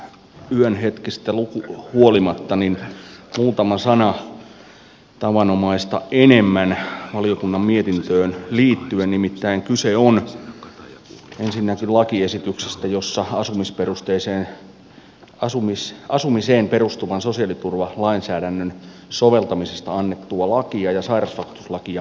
yön hetkistä huolimatta muutama sana tavanomaista enemmän valiokunnan mietintöön liittyen nimittäin kyse on ensinnäkin lakiesityksestä jossa asumiseen perustuvan sosiaaliturvalainsäädännön soveltamisesta annettua lakia ja sairausvakuutuslakia muutetaan